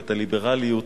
את הליברליות